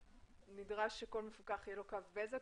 נדרש שלכל מפוקח יהיה קו בזק,